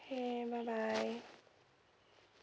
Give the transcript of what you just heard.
okay bye bye